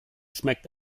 schmeckt